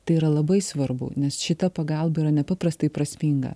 tai yra labai svarbu nes šita pagalba yra nepaprastai prasminga